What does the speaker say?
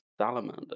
Salamander